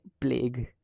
plague